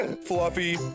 Fluffy